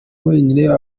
wagira